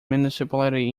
municipality